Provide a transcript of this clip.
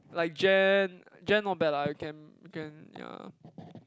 like Jan Jan not bad lah i can can ya